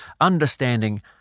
understanding